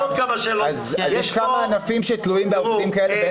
יש כמה ענפים שתלויים בעובדים כאלה.